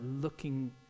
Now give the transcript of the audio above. looking